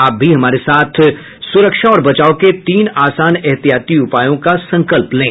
आप भी हमारे साथ सुरक्षा और बचाव के तीन आसान एहतियाती उपायों का संकल्प लें